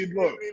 look